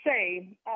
say